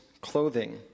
clothing